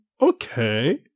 okay